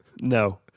No